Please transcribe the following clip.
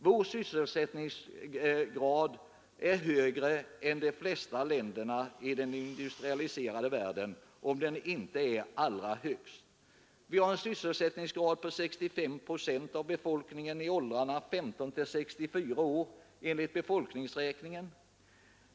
Vår sysselsättningsgrad är högre än de flesta länders i den industrialiserade världen — om den inte är allra högst. Vi har en sysselsättningsgrad på 65 procent av befolkningen i åldrarna 15 till 64 år enligt befolkningsräkningen.